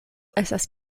estas